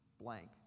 blank